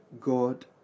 god